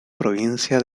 provincia